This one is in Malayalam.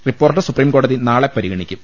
റിപ്പോർട്ട് സുപ്രീം കോടതി നാളെ പരിഗണിക്കും